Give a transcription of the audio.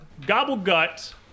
Gobblegut